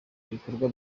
ibikorwa